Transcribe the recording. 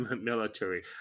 military